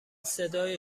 صدای